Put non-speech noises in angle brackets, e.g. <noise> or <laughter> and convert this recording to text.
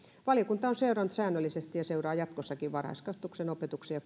valiokunta on seurannut säännöllisesti ja seuraa jatkossakin varhaiskasvatuksen opetuksen ja <unintelligible>